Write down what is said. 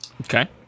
Okay